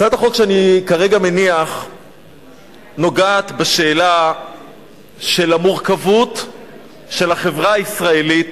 הצעת החוק שאני מניח כרגע נוגעת בשאלה של המורכבות של החברה הישראלית,